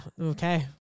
Okay